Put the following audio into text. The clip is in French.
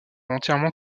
entièrement